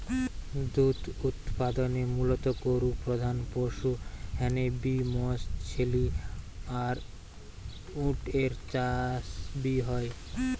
দুধ উতপাদনে মুলত গরু প্রধান পশু হ্যানে বি মশ, ছেলি আর উট এর চাষ বি হয়